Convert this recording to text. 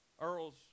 Earl's